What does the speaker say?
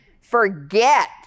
forget